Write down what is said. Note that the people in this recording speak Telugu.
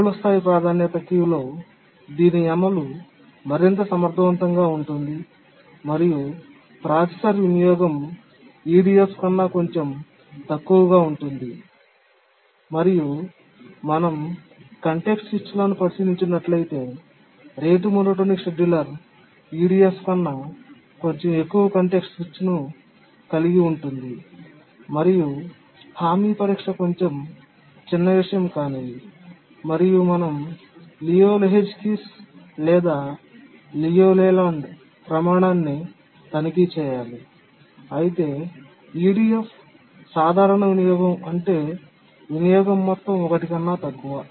బహుళ స్థాయి ప్రాధాన్యత క్యూలో దీని అమలు మరింత సమర్థవంతంగా ఉంటుంది మరియు ప్రాసెసర్ వినియోగం EDF కన్నా కొంచెం తక్కువగా ఉంటుంది మరియు మనం కాంటెక్స్ట్ స్విచ్లను పరిశీలించి నట్లయితే రేటు మోనోటోనిక్ షెడ్యూలర్ EDF కన్నా కొంచెం ఎక్కువ కాంటెక్స్ట్ స్విచ్ లను కలిగి ఉంటుంది మరియు హామీ పరీక్ష కొంచెం చిన్నవిషయం కానివి మరియు మనం లియు లెహోజ్కిస్ లేదా లియు లేలాండ్ ప్రమాణాన్ని తనిఖీ చేయాలి అయితే EDF సాధారణ వినియోగం అంటే వినియోగం మొత్తం 1 కన్నా తక్కువ